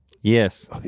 Yes